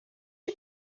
you